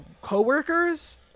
co-workers